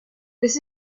this